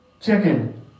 chicken